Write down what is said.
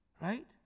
Right